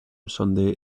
sunday